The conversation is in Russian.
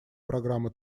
программы